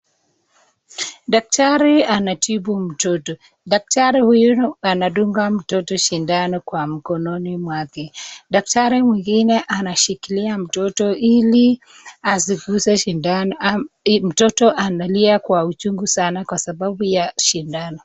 Daktari anatibu mtoto, daktari huyu snatunga mtoto sindano kwa mkononi mwake , daktari mwingine anashikilia mtoto hili asikuze sindano , mtoto analia Kwa uchungu sana kwa sababu ya sindano.